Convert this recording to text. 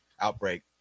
Outbreak